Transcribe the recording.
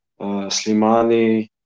Slimani